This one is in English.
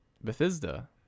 Bethesda